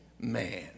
man